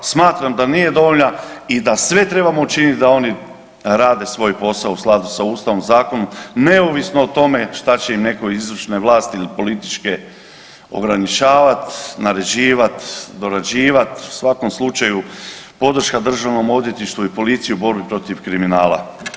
Smatram da nije dovoljna i da sve trebamo učinit da oni rade svoj posao u skladu s ustavom i zakonom neovisno o tome šta će im netko iz izvršne vlasti ili političke ograničavat, naređivat, dorađivat, u svakom slučaju podrška državnom odvjetništvu i policiji u borbi protiv kriminala.